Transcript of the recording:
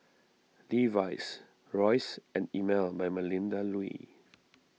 Levi's Royce and Emel by Melinda Looi